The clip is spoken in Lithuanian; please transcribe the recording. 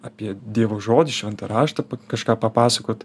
apie dievo žodį šventą raštą kažką papasakot